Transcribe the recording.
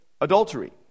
adultery